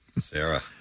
Sarah